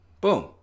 Boom